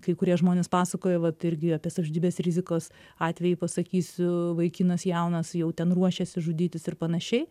kai kurie žmonės pasakoja vat irgi apie savižudybės rizikos atvejį pasakysiu vaikinas jaunas jau ten ruošiesi žudytis ir panašiai